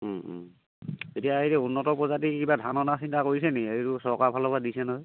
এতিয়া এইটো উন্নত প্ৰজাতিৰ কিবা ধান অনাৰ চিন্তা কৰিছেনি এইটো চৰকাৰৰ ফালৰ পৰা দিছে নহয়